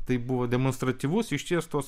tai buvo demonstratyvus išties tos